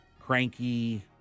cranky